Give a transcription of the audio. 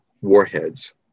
warheads